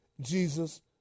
Jesus